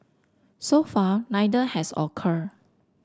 so far neither has occurred